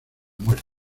muerte